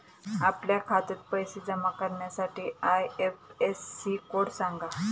आपल्या खात्यात पैसे जमा करण्याकरता आय.एफ.एस.सी कोड सांगा